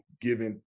giving